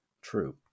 true